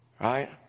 right